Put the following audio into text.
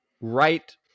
right